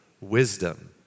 wisdom